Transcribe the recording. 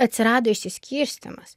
atsirado išsiskirstymas